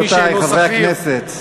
רבותי חברי הכנסת.